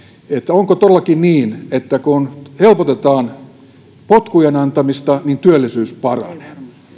onko todellakin niin että kun helpotetaan potkujen antamista työllisyys paranee